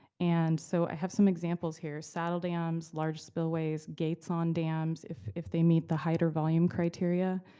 and so i have some examples here. saddle dams, large spillways, gates on dams, if if they meet the height or volume criteria.